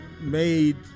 made